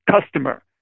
customer